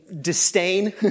disdain